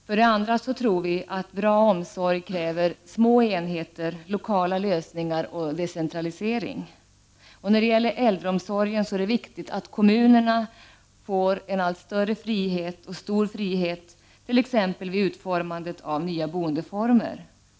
För det andra tror vi att bra omsorg kräver små enheter, lokala lösningar och decentralisering. När det gäller äldreomsorgen är det viktigt att kommunerna får stor frihet vid utformandet av nya boendeformer.